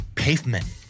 pavement